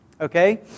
okay